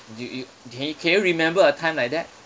do you can can you remember a time like that